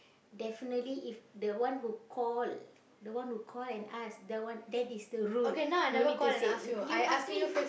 definitely if the one who call the one who call and ask that one that is the rule no need to say you ask me